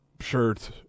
Shirt